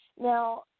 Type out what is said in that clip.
Now